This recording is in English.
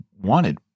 wanted